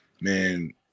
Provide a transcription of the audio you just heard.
man –